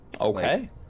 okay